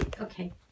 Okay